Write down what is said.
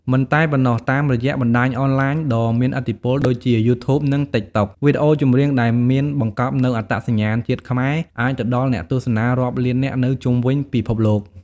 មិនតែប៉ុណ្ណោះ តាមរយៈបណ្ដាញអនឡាញដ៏មានឥទ្ធិពលដូចជា យូធូប និង តិកតុក វីដេអូចម្រៀងដែលមានបង្កប់នូវអត្តសញ្ញាណជាតិខ្មែរអាចទៅដល់អ្នកទស្សនារាប់លាននាក់នៅជុំវិញពិភពលោក។